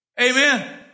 amen